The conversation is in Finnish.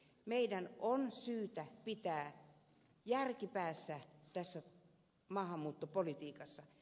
meidän on syytä pitää järki päässä tässä maahanmuuttopolitiikassa